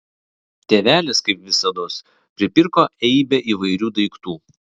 tėvelis kaip visados pripirko eibę įvairių daiktų